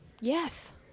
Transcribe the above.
yes